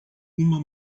uma